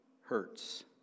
hurts